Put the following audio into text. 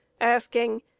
asking